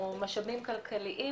או משאבים כלכליים,